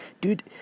dude